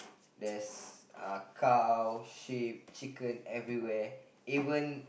there's uh cow sheep chicken everywhere even